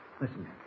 Listen